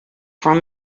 from